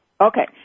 Okay